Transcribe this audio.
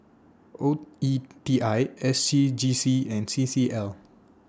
O E T I S C G C and C C L